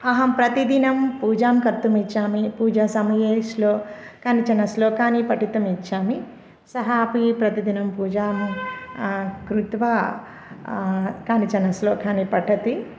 अहं प्रतिदिनं पूजां कर्तुमिच्छामि पूजासमये श्लोकं कानिचन श्लोकानि पठितुमिच्छामि अः अपि प्रतिदिनं पूजां कृत्वा कानिचन श्लोकानि पठति